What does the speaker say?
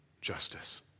justice